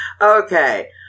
Okay